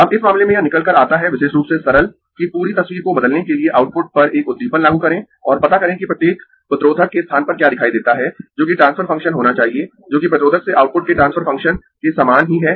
अब इस मामले में यह निकल कर आता है विशेष रूप से सरल कि पूरी तस्वीर को बदलने के लिए आउटपुट पर एक उद्दीपन लागू करें और पता करें कि प्रत्येक प्रतिरोधक के स्थान पर क्या दिखाई देता है जोकि ट्रांसफर फंक्शन होना चाहिए जोकि प्रतिरोधक से आउटपुट के ट्रांसफर फंक्शन के समान ही है